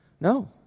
No